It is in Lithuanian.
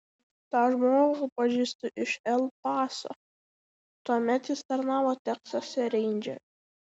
tą žmogų pažįstu iš el paso tuomet jis tarnavo teksase reindžeriu